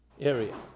area